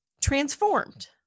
transformed